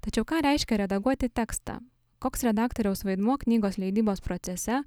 tačiau ką reiškia redaguoti tekstą koks redaktoriaus vaidmuo knygos leidybos procese